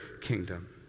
kingdom